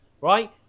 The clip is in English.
right